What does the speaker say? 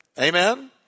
Amen